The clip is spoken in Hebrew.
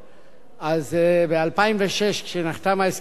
ב-2006 נחתם ההסכם הקואליציוני